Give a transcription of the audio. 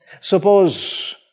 suppose